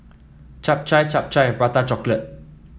Chap Chai Chap Chai and Prata Chocolate